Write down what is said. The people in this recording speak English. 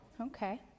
Okay